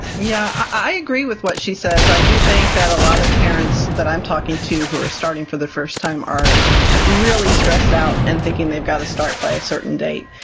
yeah, i agree with what she says i do think that a lot of parents that i'm talking to who are starting for the first time are really stressed out and thinking they've got to start by a certain date.